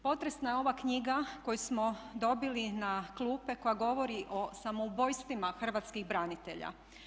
Potresna je ova knjiga koju smo dobili na klupe koja govori o samoubojstvima hrvatskih branitelja.